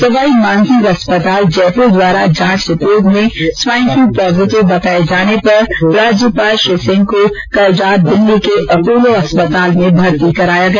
सवाई मानसिंह अस्पताल जयपुर द्वारा जाँच रिपार्ट में स्वाइन फ्लू पॉजीटिव बताये जाने पर राज्यपाल श्री सिंह को कल रात दिल्ली के अपोलो अस्पताल में भर्ती कराया गया